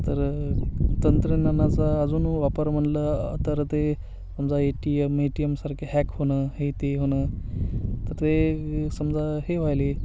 तर तंत्रज्ञानाचा अजून वापर म्हटलं तर ते समजा A T M A T एमसारखे हॅक होणं हे ते होणं तर ते समजा हे व्हायली